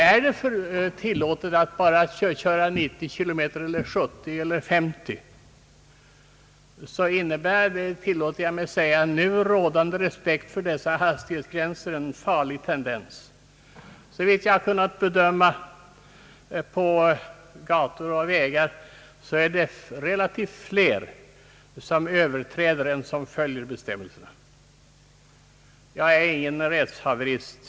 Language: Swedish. Är det tillåtet att köra med högst 90, 70 eller 50 km i timmen, måste detta respekteras, Jag tillåter mig säga att nu rådande brist på respekt för dessa hastighetsgränser innebär en farlig tendens, Såvitt jag kunnat bedöma på gator och vägar är det fler som överträder än som följer bestämmelserna. Jag är ingen rättshaverist.